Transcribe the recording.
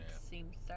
seems